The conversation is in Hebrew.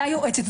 אל היועצת,